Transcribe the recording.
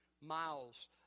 miles